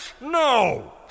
No